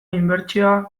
inbertsioa